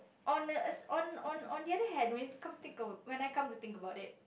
on a on on on the other hand when come think oh when I come to think about it